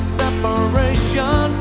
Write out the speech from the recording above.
separation